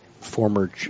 former